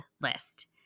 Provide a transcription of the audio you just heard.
list